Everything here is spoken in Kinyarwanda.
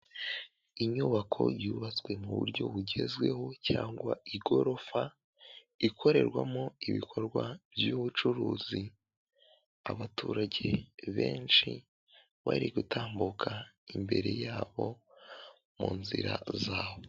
Inyubako yubatswe mu buryo bugezweho cyangwa igorofa, ikorerwamo ibikorwa by'ubucuruzi, abaturage benshi bari gutambuka imbere yabo mu nzira zabo.